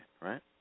right